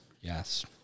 yes